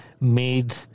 made